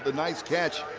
ah nice catch.